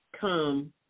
come